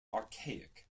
archaic